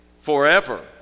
forever